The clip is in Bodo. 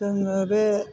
जोङो बे